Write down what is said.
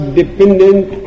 dependent